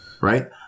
Right